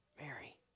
Mary